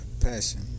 passion